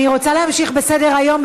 אני רוצה להמשיך בסדר-היום.